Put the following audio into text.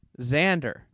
Xander